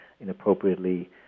inappropriately